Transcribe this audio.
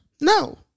No